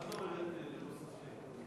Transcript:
מה זאת אומרת "ללא ספק"?